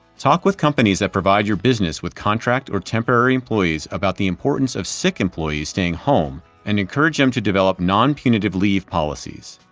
talk with companies that provide your business with contract or temporary employees about the importance of sick employees staying home and encourage them to develop non-punitive leave policies.